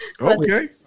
Okay